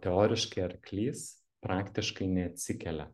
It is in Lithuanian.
teoriškai arklys praktiškai neatsikelia